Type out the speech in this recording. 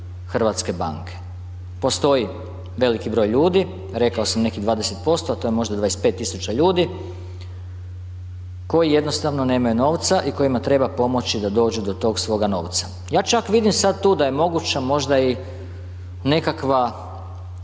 hrvatske banke. Postoji veliki broj ljudi, rekao samo nekih 20%, a to je možda 25.000 ljudi koji jednostavno nemaju novca i kojima treba pomoći da dođu do tog svoga novca. Ja čak vidim sad tu da je moguća možda i nekakva